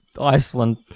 Iceland